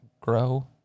grow